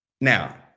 Now